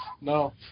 no